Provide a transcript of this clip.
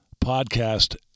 podcast